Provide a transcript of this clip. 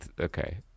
okay